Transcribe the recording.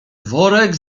worek